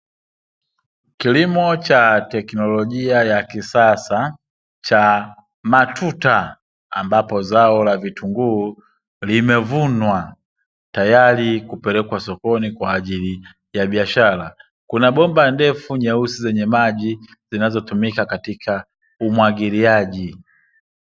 Kilimo cha teknologia ya kisasa cha matuta, ambapo zao la vitunguu limevunwa tayari kupelekwa sokoni kwa ajili ya biashara. Kuna bomba ndefu nyeusi zenye maji zinazotumika katika umwagiliaji.